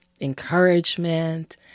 encouragement